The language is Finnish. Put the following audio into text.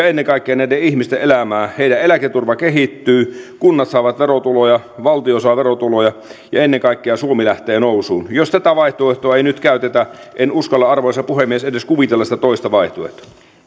ennen kaikkea näiden ihmisten elämää heidän eläketurvansa kehittyy kunnat saavat verotuloja valtio saa verotuloja ja ennen kaikkea suomi lähtee nousuun jos tätä vaihtoehtoa ei nyt käytetä en uskalla arvoisa puhemies edes kuvitella sitä toista vaihtoehtoa